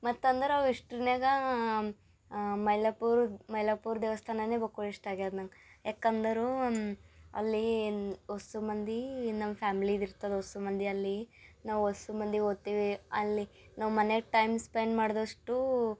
ಮತ್ತು ಅಂದ್ರೆ ವಾಯು ಎಷ್ಟನ್ಯಾಗ ಮೈಲಪುರ ಮೈಲಪುರ ದೇವಸ್ಥಾನವೇ ಬಕ್ಕುಳ್ ಇಷ್ಟ ಆಗ್ಯಾದ ನಂಗೆ ಯಾಕಂದರೆ ಅಲ್ಲಿ ಒಸು ಮಂದಿ ನಮ್ಮ ಫ್ಯಾಮಿಲಿದು ಇರ್ತದೆ ಒಸು ಮಂದಿ ಅಲ್ಲಿ ನಾವು ಒಸು ಮಂದಿ ಹೋತಿವಿ ಅಲ್ಲಿ ನಮ್ಮ ಮನ್ಯಾಗ ಟೈಮ್ ಸ್ಪೆಂಡ್ ಮಾಡಿದಷ್ಟು